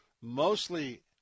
mostly